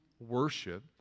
worship